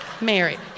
married